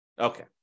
Okay